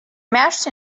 mashed